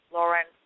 Lauren